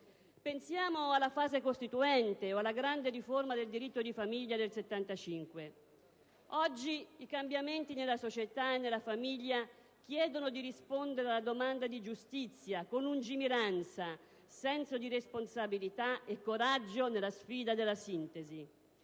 Pensiamo alla fase costituente e alla grande riforma del diritto di famiglia del '75. Oggi, i cambiamenti nella società e nella famiglia chiedono di rispondere alla domanda di giustizia con lungimiranza, senso di responsabilità e coraggio nella sfida della sintesi.